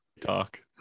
talk